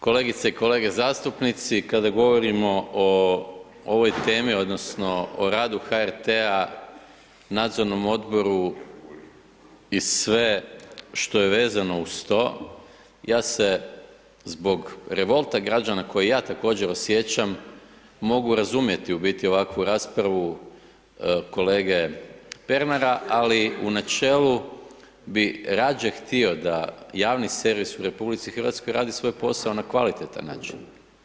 Kolegice i kolege zastupnici, kada govorimo o ovoj temi, odnosno o ratu HRT-a, nadzornom odboru i sve što je vezano uz to, ja se zbog revolta građana koji ja također osjećam, mogu razumjeti u biti ovakvu raspravu kolege Pernara ali u načelu bih radije htio da javni servis u RH radi svoj posao na kvalitetan način.